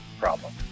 problem